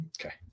Okay